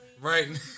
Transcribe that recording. Right